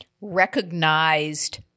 recognized